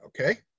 okay